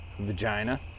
vagina